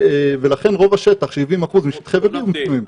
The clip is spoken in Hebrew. ולכן רוב השטח, 70% משטחי A ו-B פנויים.